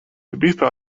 tabitha